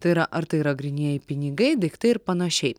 tai yra ar tai yra grynieji pinigai daiktai ir panašiai